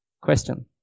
Question